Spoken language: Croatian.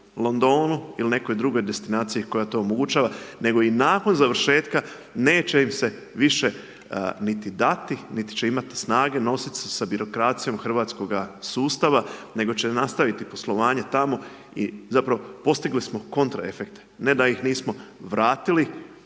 Londonu ili nekoj drugoj destinaciji koja to omogućava, nego i nakon završetka neće im se više niti dati, niti će imati snage nositi se s birokracijom hrvatskoga sustava, nego će nastaviti poslovanje tamo i zapravo postigli smo kontra efekt. Ne da ih nismo vratili